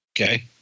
Okay